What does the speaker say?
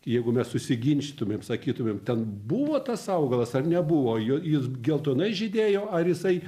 jeigu mes susiginčitumėm sakytumėm ten buvo tas augalas ar nebuvo jo jis geltonai žydėjo ar jisai